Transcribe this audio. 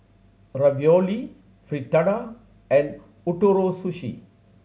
Ravioli Fritada and Ootoro Sushi